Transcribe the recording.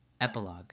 epilogue